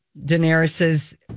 Daenerys's